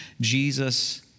Jesus